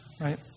Right